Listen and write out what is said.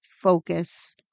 focus